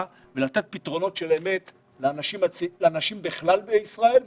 ולתת פתרונות אמת לאנשים בכלל בישראל,